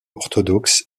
orthodoxe